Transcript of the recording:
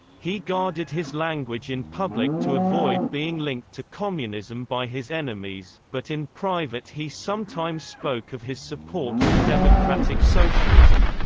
he guarded his language in public to avoid being linked to communism by his enemies, but in private he sometimes spoke of his support for democratic socialism.